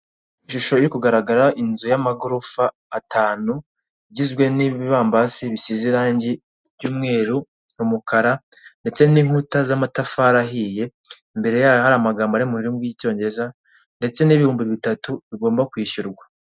Ishusho iri kugaragara inzu y'amagorofa atanu igizwe n'ibibambasi bisize irangi ry'umweru n'umukara ndetse n'inkuta z'amatafari ahiye mbere yayo hari amagambo ari murimi bw'icyongereza ndetse n'ibihumbi bitatu bigomba kwishyurwa.